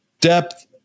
depth